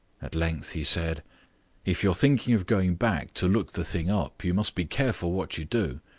at length he said if you're thinking of going back to look the thing up, you must be careful what you do.